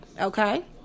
Okay